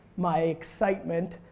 my excitement,